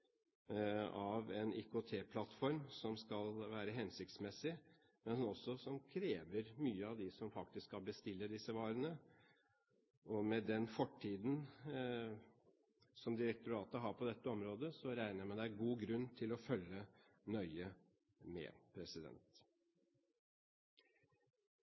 en IKT-plattform som skal være hensiktsmessig, men som også krever mye av dem som faktisk skal bestille disse varene. Med den fortiden som direktoratet har på dette området, regner jeg med at det er god grunn til å følge nøye med.